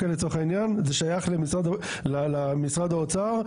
זה שייך למשרד האוצר,